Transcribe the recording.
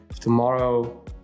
tomorrow